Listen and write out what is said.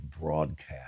broadcast